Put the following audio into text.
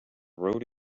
road